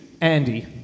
Andy